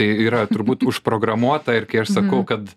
tai yra turbūt užprogramuota ir kai aš sakau kad